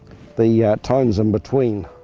the tones in between.